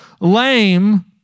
lame